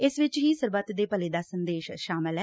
ਇਸ ਵਿੱਚ ਹੀ ਸਰਬੱਤ ਦੇ ਭਲੇ ਦਾ ਸੰਦੇਸ਼ ਸ਼ਾਮਲ ਏ